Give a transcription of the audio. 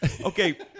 Okay